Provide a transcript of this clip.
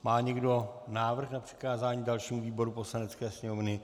Má někdo návrh na přikázání dalším výborům Poslanecké sněmovny?